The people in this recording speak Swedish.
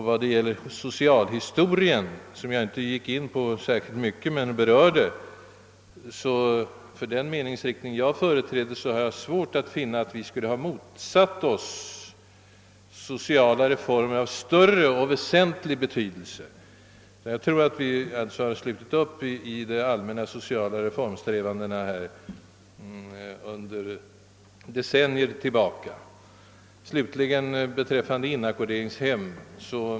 Vad gäller socialhistorien, som jag inte gick särskilt mycket in på men berörde, har jag svårt att finna att vi inom den meningsriktning jag företräder skulle ha motsatt oss sociala reformer av större och väsentligare betydelse. Jag vill påstå att vi tvärtom har slutit upp i de allmänna sociala reformsträvandena sedan decennier tillbaka. Det talades här om inackorderingshem.